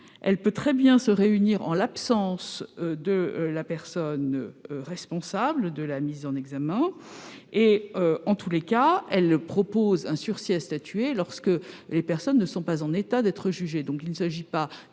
elle peut parfaitement se réunir en l'absence de la personne responsable de la mise en examen. En tous les cas, elle ne propose un sursis à statuer que lorsque les personnes ne sont pas en état d'être jugées.